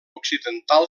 occidental